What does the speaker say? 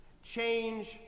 Change